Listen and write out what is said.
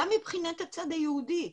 גם מבחינת הצד היהודי.